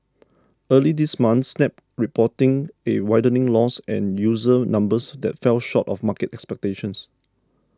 early this month Snap reporting a widening loss and user numbers that fell short of market expectations